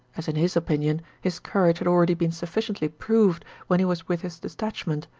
as in his opinion his courage had already been sufficiently proved when he was with his detachment,